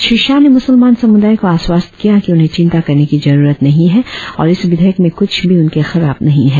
श्री शाह ने मुसलमान समुदाय को आश्वास्त किया कि उन्हें चिंता करने की जरुरत नहीं है और इस विधेयक में कुछ भी उनके खिलाफ नहीं है